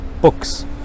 books